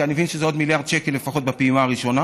כי אני מבין שזה עוד מיליארד שקל לפחות בפעימה הראשונה.